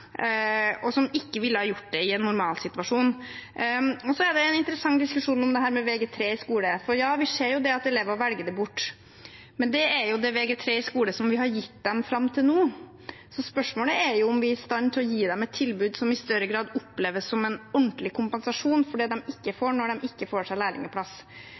som ikke ville ha gjort det i en normalsituasjon. Så er det en interessant diskusjon om dette med Vg3 i skole. Ja, vi ser at elever velger det bort. Men det er det Vg3 i skole som vi har gitt dem fram til nå. Spørsmålet er om vi er i stand til å gi dem et tilbud som i større grad oppleves som en ordentlig kompensasjon for det de ikke får når de ikke får seg